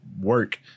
work